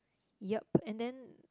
yup and then